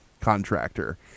contractor